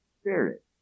spirit